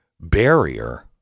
barrier